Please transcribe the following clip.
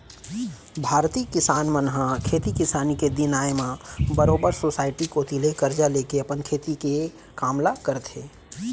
भारतीय किसान मन ह खेती किसानी के दिन आय म बरोबर सोसाइटी कोती ले करजा लेके अपन खेती के काम ल करथे